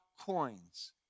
coins